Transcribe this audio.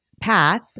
path